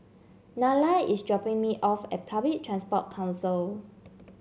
Nylah is dropping me off at Public Transport Council